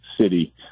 city